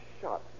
shot